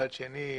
מצד שני,